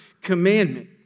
commandment